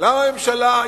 למה הממשלה,